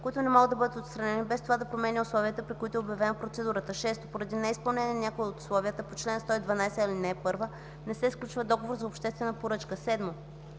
които не могат да бъдат отстранени, без това да промени условията, при които е обявена процедурата; 6. поради неизпълнение на някое от условията по чл. 112, ал. 1 не се сключва договор за обществена поръчка; 7.